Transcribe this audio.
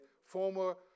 former